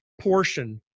portion